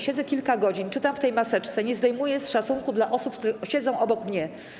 Siedzę kilka godzin, czytam w tej maseczce, nie zdejmuję jej z szacunku dla osób, które siedzą obok mnie.